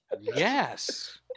Yes